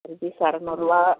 ஒரு பீஸ் அறுநூறுவா